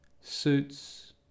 Suits